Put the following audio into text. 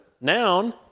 noun